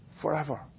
forever